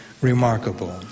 remarkable